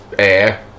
air